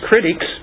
critics